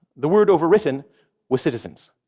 the word overwritten was citizens.